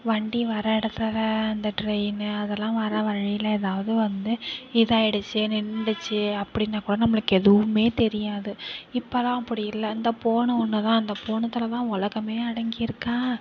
வண்டி வர இடத்துலல அந்த ட்ரெயின் அதெல்லாம் வர வழியில் எதாவது வந்து இதாயிடுச்சு நின்றுடுச்சி அப்படின்னா கூட நம்மளுக்கு எதுவும் தெரியாது இப்போல்லாம் அப்படி இல்லை இந்த ஃபோனு ஒன்று தான் அந்த ஃபோனில் தான் உலகம் அடங்கிருக்கு